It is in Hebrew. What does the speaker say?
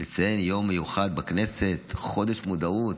לציין יום מיוחד בכנסת, חודש מודעות?